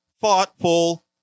thoughtful